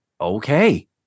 okay